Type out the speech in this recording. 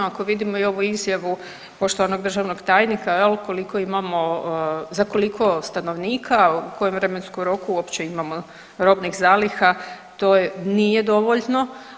Ako vidimo i ovu izjavu poštovanog državnog tajnika jel koliko imamo, za koliko stanovnika u kojem vremenskom roku uopće imamo robnih zaliha, to nije dovoljno.